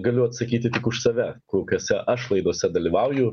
galiu atsakyti tik už save kokiose aš laidose dalyvauju